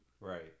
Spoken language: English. right